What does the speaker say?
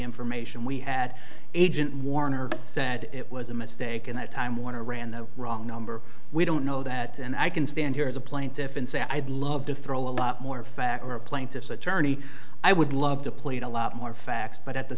information we had agent warner said it was a mistake and that time warner ran the wrong number we don't know that and i can stand here as a plaintiff and say i'd love to throw a lot more facts or plaintiff's attorney i would love to played a lot more facts but at the